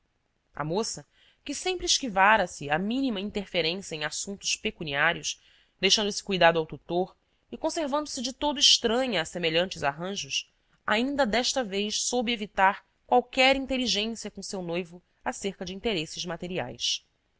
a moça que sempre esquivara se à mínima interferência em assuntos pecuniários deixando esse cuidado ao tutor e conservando-se de todo estranha a semelhantes arranjos ainda desta vez soube evitar qualquer inteligência com seu noivo acerca de interesses materiais